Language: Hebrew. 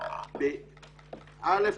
אל"ף,